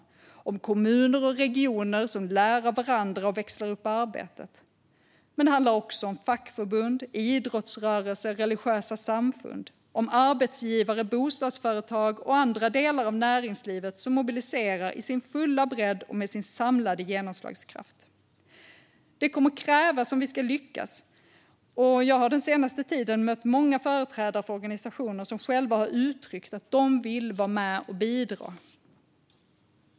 Det handlar om kommuner och regioner som lär av varandra och växlar upp arbetet. Men det handlar också om fackförbund, idrottsrörelse och religiösa samfund. Det handlar om arbetsgivare, bostadsföretag och andra delar av näringslivet som mobiliserar i sin fulla bredd och med sin samlade genomslagskraft. Detta kommer att krävas om vi ska lyckas. Jag har den senaste tiden mött flera företrädare för organisationer som själva har uttryckt att de vill vara med och bidra.